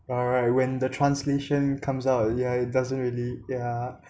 alright when the translation comes out yeah it doesn't really yeah